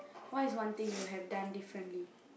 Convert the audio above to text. what is one thing you have done differently